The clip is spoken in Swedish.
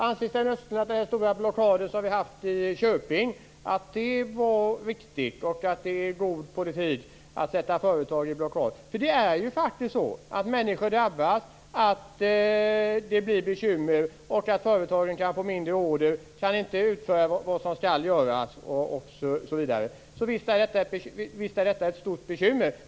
Anser Sten Östlund att den stora blockad som genomfördes i Köping var berättigad och att det var god politik att försätta företaget i fråga i blockad? Det är faktiskt så att människor drabbas, att det blir bekymmer och att företagen får mindre order. De kan inte utföra det som skall göras osv. Visst är detta alltså ett stort bekymmer.